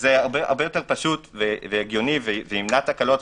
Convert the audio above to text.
הרבה יותר פשוט והגיוני וימנע תקלות,